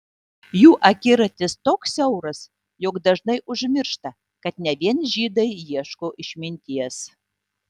jų akiratis toks siauras jog dažnai užmiršta kad ne vien žydai ieško išminties